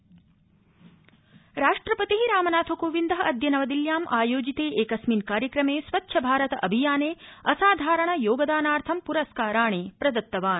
राष्ट्रपति राष्ट्रपति रामनाथकोविंद अद्य नवदिल्ल्यां आयोजिते एकस्मिन् कार्यक्रमे स्वच्छ भारत अभियाने असाधारण योगदानार्थं प्रस्काराणि प्रदत्तवान्